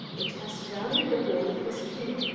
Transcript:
which has surrounded the hall of his king,